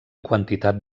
quantitat